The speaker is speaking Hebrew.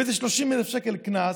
ב-30,000 שקל קנס,